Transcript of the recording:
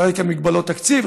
על רקע מגבלות תקציב,